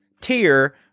tier